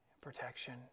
protection